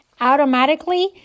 Automatically